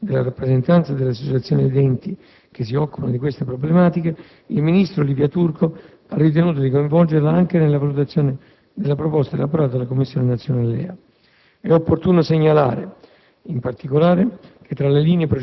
Considerata la presenza, in detta Commissione, della rappresentanza delle associazioni ed enti che si occupano di queste problematiche, il ministro Livia Turco ha ritenuto di coinvolgerla anche nella valutazione della proposta elaborata dalla Commissione nazionale